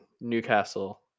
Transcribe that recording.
newcastle